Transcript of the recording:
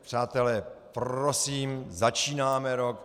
Přátelé, prosím, začínáme rok.